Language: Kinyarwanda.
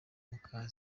muka